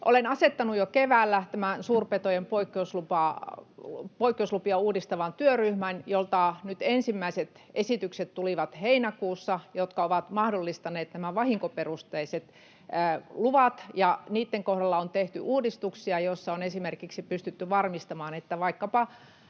Olen asettanut jo keväällä suurpetojen poikkeuslupia uudistavan työryhmän, jolta nyt heinäkuussa tulivat ensimmäiset esitykset, jotka ovat mahdollistaneet nämä vahinkoperusteiset luvat. Niitten kohdalla on tehty uudistuksia, joissa on esimerkiksi pystytty varmistamaan, että vaikkapa